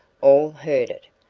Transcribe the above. all heard it.